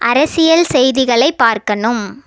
அரசியல் செய்திகளை பார்க்கணும்